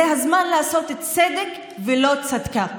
זה הזמן לעשות צדק ולא צדקה.